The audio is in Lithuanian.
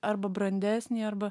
arba brandesnį arba